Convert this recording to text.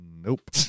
Nope